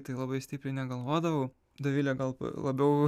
tai labai stipriai negalvodavau dovilė gal labiau